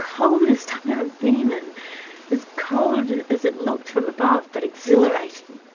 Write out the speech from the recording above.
coldest i've ever been and as cold as it looked from above but exhilarating.